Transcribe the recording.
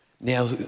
Now